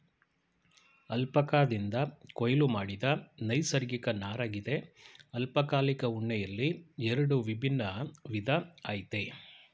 ಅಲ್ಪಕಾದಿಂದ ಕೊಯ್ಲು ಮಾಡಿದ ನೈಸರ್ಗಿಕ ನಾರಗಿದೆ ಅಲ್ಪಕಾಲಿಕ ಉಣ್ಣೆಯಲ್ಲಿ ಎರಡು ವಿಭಿನ್ನ ವಿಧ ಆಯ್ತೆ